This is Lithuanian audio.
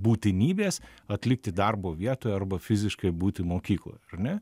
būtinybės atlikti darbo vietoje arba fiziškai būti mokykloj ar ne